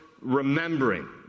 remembering